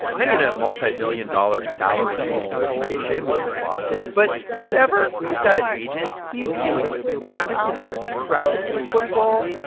i'm in a multimillion-dollar salary renegotiation with my bosses, but whatever. i've got an agent. he's dealing with it. i'm just going to keep practicing football.